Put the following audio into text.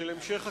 של המשך הכיבוש,